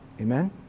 amen